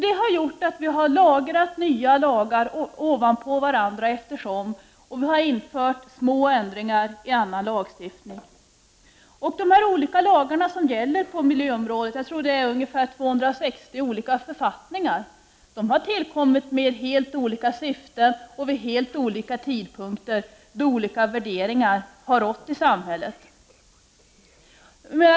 Det har lett till att lagar har lagrats ovanpå varandra allteftersom och små ändringar har införts i annan lagstiftning. De olika lagar som gäller på miljöområdet — jag tror det är ungefär 260 = Prot. 1989/90:31 författningar — har tillkommit med helt olika syften och vid helt olika tid 22 november 1989 punkter då olika värderingar har rått i samhället.